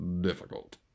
difficult